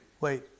Wait